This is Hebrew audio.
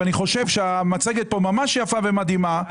ואני חושב שהמצגת פה ממש יפה ומדהימה,